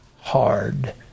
hard